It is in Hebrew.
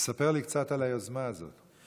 תספר לי קצת על היוזמה הזאת.